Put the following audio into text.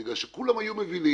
בגלל שכולם היו מבינים